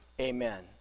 amen